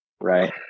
right